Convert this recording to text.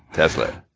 tesla.